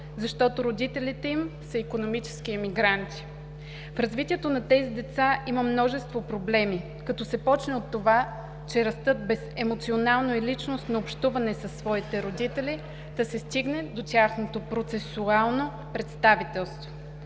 защото родителите им са икономически емигранти. В развитието на тези деца има множество проблеми – като се почне от това, че растат без емоционално и личностно общуване със своите родители, та се стигне до тяхното процесуално представителство.